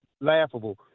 laughable